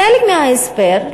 חלק מההסבר,